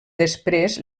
després